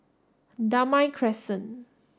Damai Crescent